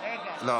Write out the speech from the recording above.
אנחנו